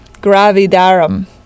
gravidarum